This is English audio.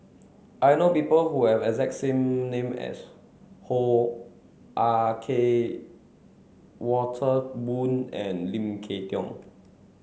I know people who have exact name as Hoo Ah Kay Walter Woon and Lim Kay Tong